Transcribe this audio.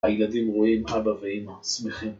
הילדים רואים אבא ואמא, שמחים